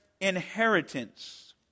inheritance